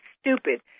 stupid